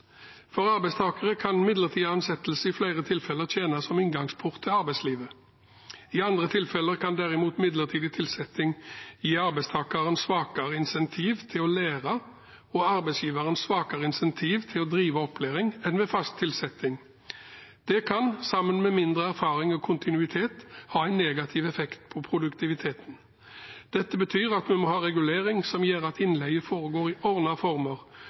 For arbeidstakere kan midlertidig ansettelse i flere tilfeller tjene som inngangsport til arbeidslivet. I andre tilfeller kan derimot midlertidig tilsetting gi arbeidstakeren svakere incentiv til å lære og arbeidsgiveren svakere incentiv til å drive opplæring enn ved fast tilsetting. Det kan, sammen med mindre erfaring og kontinuitet, ha en negativ effekt på produktiviteten. Dette betyr at vi må ha regulering som gjør at innleie foregår i ordnede former